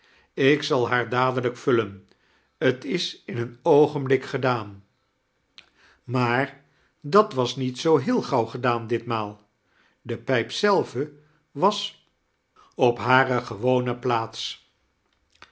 ik zal haar dadelijk vullen t is in een oogenblik gedaan maar dat was niet zoo heel gauw gedaan ditmaal de pijp zelve was op hare gewone plaats